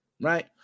Right